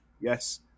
yes